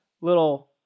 little